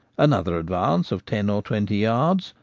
another advance of ten or twenty yards,